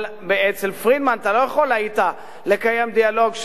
אבל אצל פרידמן אתה לא היית יכול לקיים דיאלוג,